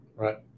Right